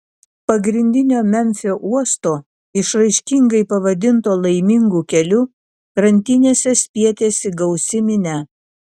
pagrindinio memfio uosto išraiškingai pavadinto laimingu keliu krantinėse spietėsi gausi minia